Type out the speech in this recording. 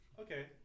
Okay